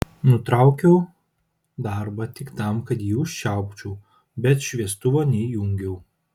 nutraukiau darbą tik tam kad jį užčiaupčiau bet šviestuvo neįjungiau